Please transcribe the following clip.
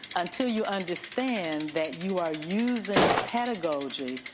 until you understand that you are using pedagogy,